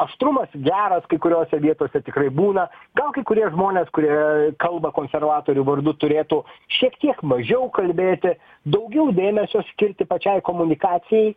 aštrumas geras kai kuriose vietose tikrai būna gal kai kurie žmonės kurie kalba konservatorių vardu turėtų šiek tiek mažiau kalbėti daugiau dėmesio skirti pačiai komunikacijai